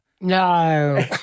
No